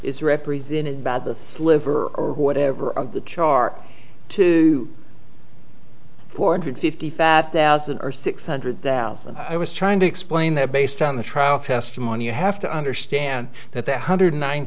is represented by the sliver or whatever of the chart to poor hundred fifty fat thousand or six hundred thousand i was trying to explain that based on the trial testimony you have to understand that that hundred